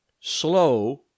slow